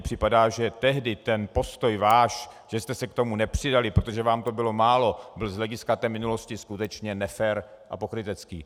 Připadá mi, že tehdy ten postoj váš, že jste se k tomu nepřidali, protože vám to bylo málo, byl z hlediska té minulosti skutečně nefér a pokrytecký.